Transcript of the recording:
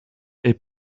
est